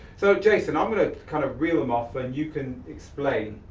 so, jason, i'm gonna kind of reel them off and you can explain,